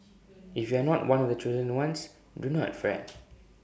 if you are not one of the chosen ones do not fret